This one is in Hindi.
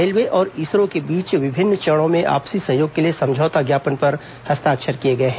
रेलवे और इसरो के बीच विभिन्न चरणों में आपसी सहयोग के लिए समझौता ज्ञापन पर हस्ताक्षर किए गए हैं